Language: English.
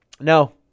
No